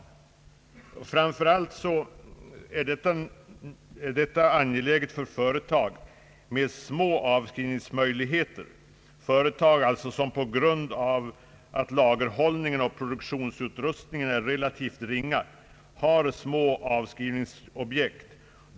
Framför allt är detta angeläget för företag med små avskrivningsmöjligheter, alltså företag som på grund av att lagerhållningen och produktionsutrustningen är relativt ringa har små avskrivningsobjekt.